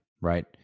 right